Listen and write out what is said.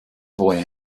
boy